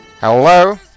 Hello